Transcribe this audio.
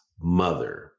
mother